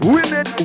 Women